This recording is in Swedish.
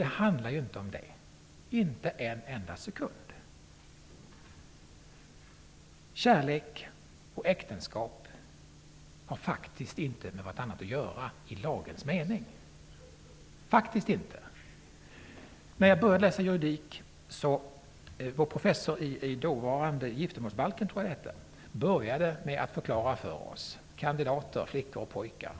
Det handlar inte om det -- inte en enda sekund. Kärlek och äktenskap har inte med varandra att göra i lagens mening. Det har de faktiskt inte. När jag började läsa juridik talade vår professor om den dåvarande giftermålsbalken och började förklara för oss kandidater, flickor och pojkar.